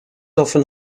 often